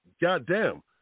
goddamn